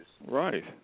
right